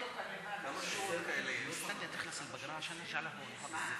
ואני מתכבד להזמין את יושב-ראש הוועדה,